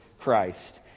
Christ